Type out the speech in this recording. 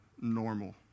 normal